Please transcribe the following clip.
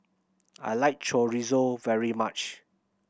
I like Chorizo very much